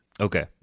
Okay